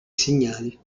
segnali